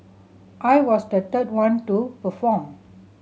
I was the third one to perform